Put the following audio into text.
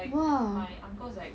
!wah!